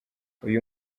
uyu